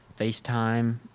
FaceTime